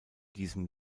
diesem